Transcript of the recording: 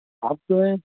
آپ کون ہیں